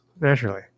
Naturally